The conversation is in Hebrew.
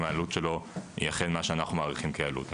העלות שלו היא אכן מה שאנחנו מעריכים כעלות.